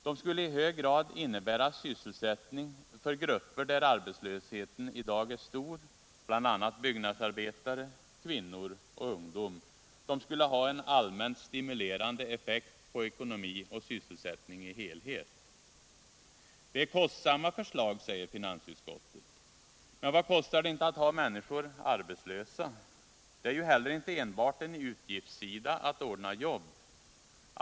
De skulle i stor utsträckning innebära sysselsättning för grupper, där arbetslösheten i dag är hög, bl.a. byggnadsarbetare, kvinnor och ungdom. De skulle ha en allmänt stimulerande effekt på samhällssektorerna, på ekonomin och på sysselsättningen. Det är kostsamma förslag, säger finansutskottet. Men vad kostar det inte att ha människor arbetslösa? Det är ju inte heller enbart en utgiftssida att ordna jobb.